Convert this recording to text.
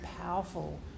powerful